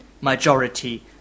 majority